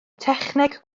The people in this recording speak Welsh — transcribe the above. techneg